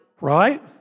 right